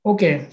Okay